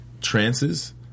trances